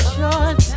short